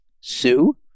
Sue